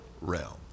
realm